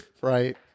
Right